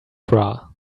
bra